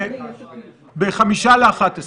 ב-10:55.